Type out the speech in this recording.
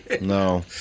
No